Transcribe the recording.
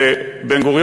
לנתב"ג.